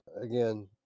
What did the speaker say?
Again